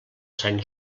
sant